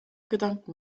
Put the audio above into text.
gedanken